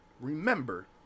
remember